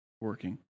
working